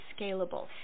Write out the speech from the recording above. scalable